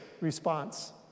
response